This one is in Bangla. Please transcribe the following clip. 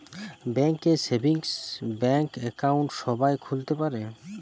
ব্যাঙ্ক এ সেভিংস ব্যাঙ্ক একাউন্ট সবাই খুলতে পারে